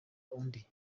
undi